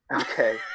Okay